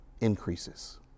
increases